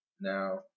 Now